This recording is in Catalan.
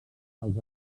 els